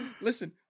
Listen